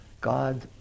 God